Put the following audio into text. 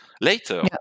Later